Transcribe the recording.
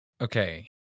Okay